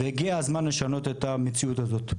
והגיע הזמן לשנות את המציאות הזאת.